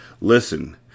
Listen